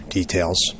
details